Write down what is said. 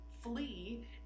flee